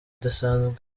idasanzwe